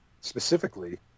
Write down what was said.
specifically